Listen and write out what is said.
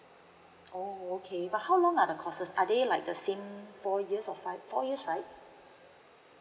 oh okay but how long are the courses are they like the same four years or five four years right